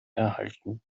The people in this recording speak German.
erhalten